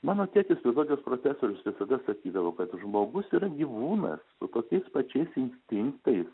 mano tėtis zoologijos profesorius visada sakydavo kad žmogus yra gyvūnas su tokiais pačiais instinktais